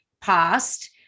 past